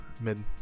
mid